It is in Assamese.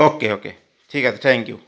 অ'কে অ'কে ঠিক আছে থ্যেংক ইউ